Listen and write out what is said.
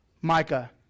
Micah